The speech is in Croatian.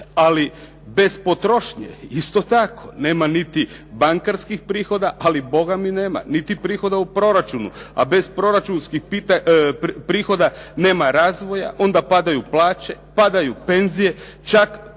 Ali bez potrošnje, isto tako, nema niti bankarskih prihoda ali Boga mi nema niti prihoda u proračunu, a bez proračunskih prihoda nema razvoja, onda padaju plaće, padaju penzije, čak